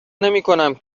نمیکنم